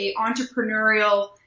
entrepreneurial